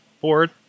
board